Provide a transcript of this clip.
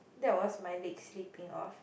that was my leg slipping off